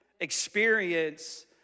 Experience